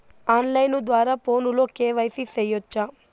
on line ద్వారా ఫోనులో KYC సేయొచ్చా